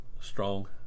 strong